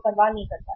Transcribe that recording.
वह परवाह नहीं करता